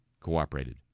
cooperated